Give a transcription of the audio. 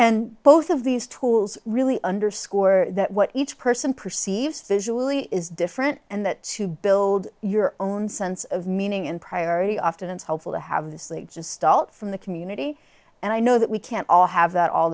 and both of these tools really underscore that what each person perceives visually is different and that to build your own sense of meaning and priority often it's helpful to have the slates installed from the community and i know that we can't all have that all